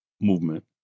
movement